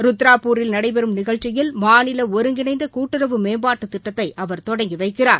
ருத்ராப்பூரில் நடைபெறும் நிகழ்ச்சியில் மாநில ஒருங்கிணைந்த கூட்டுறவு மேம்பாட்டுத் திட்டத்தை அவர் தொடங்கி வைக்கிறார்